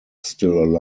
still